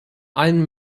allen